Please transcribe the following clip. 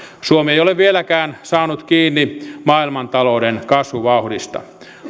suomi ei ole vieläkään saanut kiinni maailmantalouden kasvuvauhdista